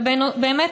אבל באמת,